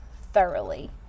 thoroughly